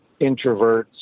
introverts